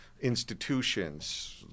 institutions